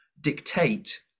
dictate